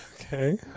Okay